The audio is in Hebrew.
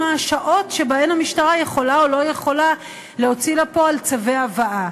השעות שבהן המשטרה יכולה או לא יכולה להוציא לפועל צווי הבאה.